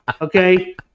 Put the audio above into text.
okay